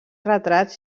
retrats